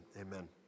amen